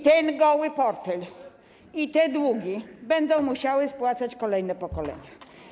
Ten goły portfel, te długi będą musiały spłacać kolejne pokolenia.